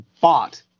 bought